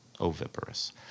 oviparous